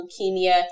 leukemia